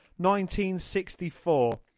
1964